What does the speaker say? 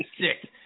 sick